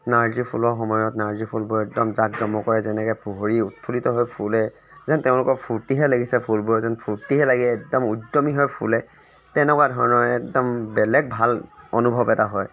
নাৰ্জী ফুলৰ সময়ত নাৰ্জী ফুলবোৰ একদম জাক জমকৰে যেনেকে ভৰি উৎফুল্লিত হৈ ফুলে যেন তেওঁলোকৰ ফূৰ্তিহে লাগিছে ফুলবোৰৰ যেন ফূৰ্তিহে লাগে একদম উদ্যমী হৈ ফুলে তেনেকুৱা ধৰণৰ একদম বেলেগ ভাল অনুভৱ এটা হয়